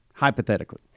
hypothetically